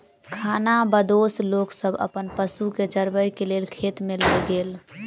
खानाबदोश लोक सब अपन पशु के चरबै के लेल खेत में लय गेल